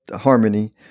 harmony